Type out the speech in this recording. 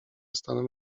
stanem